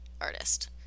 artist